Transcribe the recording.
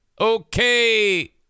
Okay